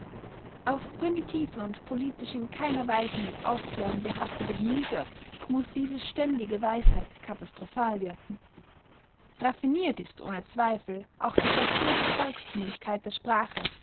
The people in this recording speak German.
auf primitive und politisch in keiner weise mit aufklärung behaftete gemüter muß diese ständige weisheit katastrophal wirken raffiniert ist ohne zweifel auch die forcierte volkstümlichkeit der sprache